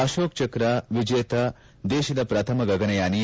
ಅರೋಕ ಚಕ್ರ ಎಜೇತ ದೇಶದ ಪ್ರಥಮ ಗಗನಯಾನಿ